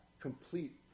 complete